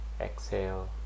Exhale